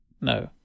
No